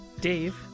dave